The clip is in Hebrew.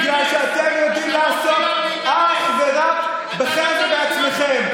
בגלל שאתם יודעים לעשות אך ורק לכם ולעצמכם.